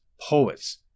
poets